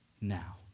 now